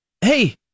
hey